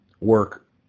work